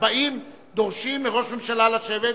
40 דורשים מראש ממשלה לשבת,